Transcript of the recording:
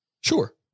Sure